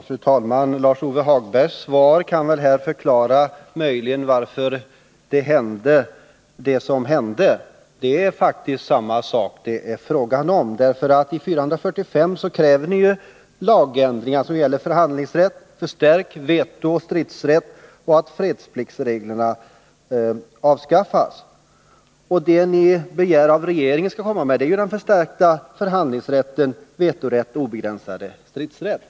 Fru talman! Lars-Ove Hagbergs svar kan väl möjligen förklara varför det hände som faktiskt hände. Det är ju samma sak det är fråga om. I motion 445 kräver ni nämligen lagändringar när det gäller förhandlingsrätt, förstärkt vetooch stridsrätt och att fredspliktsreglerna avskaffas. Och det ni samtidigt begär är att regeringen skall lägga fram förslag om just förstärkt förhandlingsrätt, vetorätt och obegränsad stridsrätt.